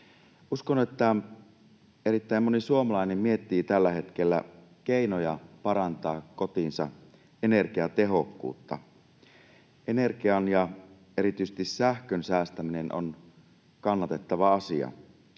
Uskon, että erittäin moni suomalainen miettii tällä hetkellä keinoja parantaa kotinsa energiatehokkuutta. Energian ja erityisesti sähkön säästäminen on kannatettava asia.